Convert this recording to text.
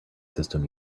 system